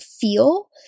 feel